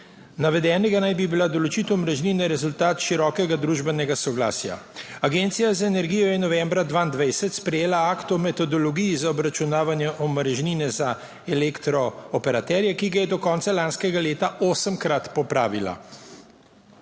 navedenega naj bi bila določitev omrežnine rezultat širokega družbenega soglasja. Agencija za energijo je novembra 2022 sprejela Akt o metodologiji za obračunavanje omrežnine za elektrooperaterje, ki ga je do konca lanskega leta osemkrat popravila.